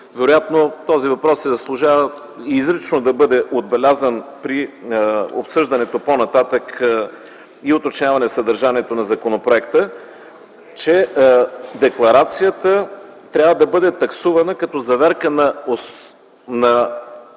Вероятно този въпрос заслужава изрично да бъде отбелязан при обсъждането по-нататък и уточняването на съдържанието на законопроекта, че декларацията трябва да бъде таксувана като заверка на